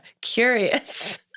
curious